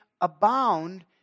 abound